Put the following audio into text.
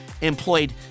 employed